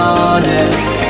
honest